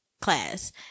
class